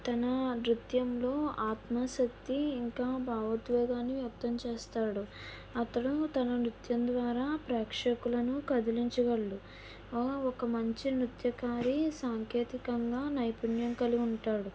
తన నృత్యంలో ఆత్మసక్తి ఇంకా భావోద్వేగాన్నీ వ్యక్తం చేస్తాడు అతడు తన నృత్యం ద్వారా ప్రేక్షకులను కదలించగలడు అలా ఒక మంచి నృత్యకారి సాంకేతికంగా నైపుణ్యం కలిగి ఉంటాడు